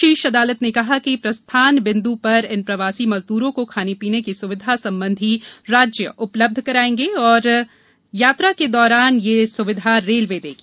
शीर्ष अदालत ने कहा कि प्रस्थान बिंद् पर इन प्रवासी मजदूरों को खाने पीने की सुविधा संबंधित राज्य उपलब्ध करायेंगे जबकि यात्रा के दौरान यह स्विधा रेलवे देगी